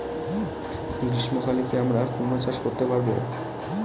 গ্রীষ্ম কালে কি আমরা কুমরো চাষ করতে পারবো?